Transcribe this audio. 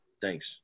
Thanks